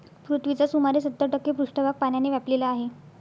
पृथ्वीचा सुमारे सत्तर टक्के पृष्ठभाग पाण्याने व्यापलेला आहे